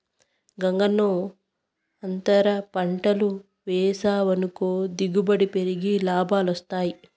గంగన్నో, అంతర పంటలు వేసావనుకో దిగుబడి పెరిగి లాభాలొస్తాయి